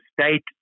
state